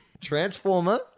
transformer